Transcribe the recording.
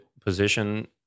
position